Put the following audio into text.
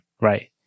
right